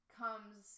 comes